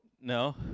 No